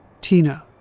Tina